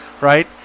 right